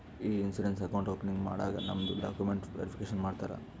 E insurance account opening ಮಾಡಾಗ್ ನಮ್ದು documents verification ಮಾಡ್ತಾರ